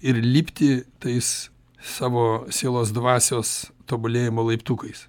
ir lipti tais savo sielos dvasios tobulėjimo laiptukais